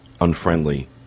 unfriendly